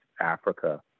Africa